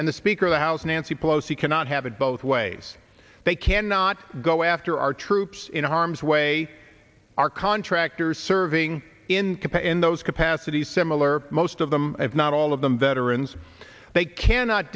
and the speaker of the house nancy pelosi cannot have it both ways they cannot go after our troops in harm's way are contractors serving in those capacities similar most of them if not all of them veterans they cannot